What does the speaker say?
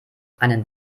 einen